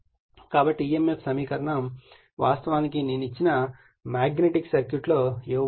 కాబట్టి ఈ emf సమీకరణం వాస్తవానికి నేను ఇచ్చిన మాగ్నెటిక్ సర్క్యూట్లో ఇవ్వబడింది